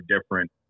different